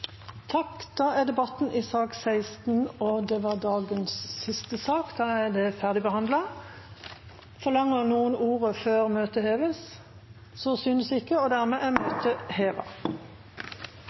sak nr. 16 – og det var dagens siste sak. Forlanger noen ordet før møtet heves? – Møtet er